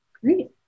great